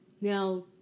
Now